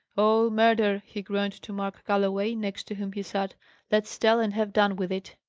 oh, murder! he groaned to mark galloway, next to whom he sat let's tell, and have done with it.